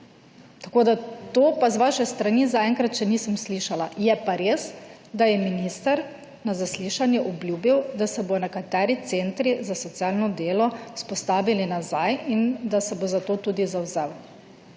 Tega pa z vaše strani zaenkrat še nisem slišala. Je pa res, da je minister na zaslišanju obljubil, da se bodo nekateri centri za socialno delo vzpostavili nazaj in da se bo za to tudi zavzel.